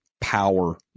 power